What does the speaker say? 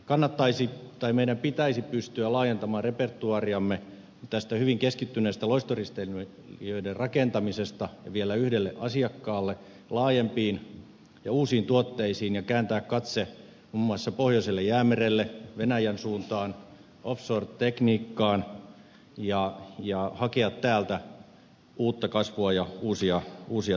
silloin meidän pitäisi pystyä laajentamaan repertuaariamme tästä hyvin keskittyneestä loistoristeilijöiden rakentamisesta ja vielä yhdelle asiakkaalle laajempiin ja uusiin tuotteisiin ja kääntää katse muun muassa pohjoiselle jäämerelle venäjän suuntaan offshore tekniikkaan ja hakea täältä uutta kasvua ja uusia tuotteita